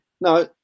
No